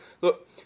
Look